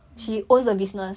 嗯